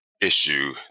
issue